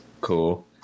cool